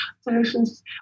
solutions